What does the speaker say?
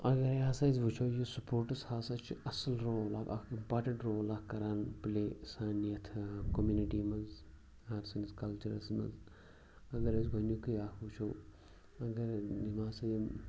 یہِ ہَسا أسۍ وٕچھو یہِ سپوٹٕس ہَسا چھِ اَصٕل رول اَکھ اِمپاٹؠنٛٹ رول اَکھ کَران پٕلے سانہِ یَتھ کُمِنِٹی منٛز یا سٲنِس کَلچِرَس منٛز اَگر أسۍ گۄڈنِکُے اَکھ وٕچھو اَگر یِم ہَسا یِم